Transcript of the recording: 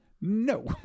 no